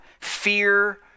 fear